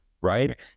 right